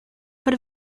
por